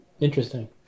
Interesting